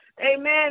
Amen